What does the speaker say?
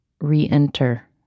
re-enter